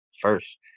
first